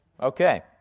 Okay